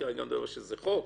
שזה חוק,